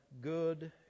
good